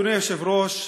אדוני היושב-ראש,